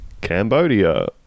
Cambodia